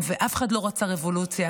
ואף אחד לא רצה רבולוציה.